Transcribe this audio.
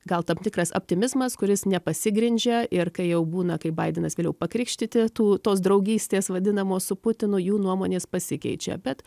gal tam tikras optimizmas kuris nepasigrindžia ir kai jau būna kaip baidenas vėliau pakrikštyti tų tos draugystės vadinamos su putinu jų nuomonės pasikeičia bet